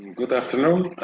good afternoon.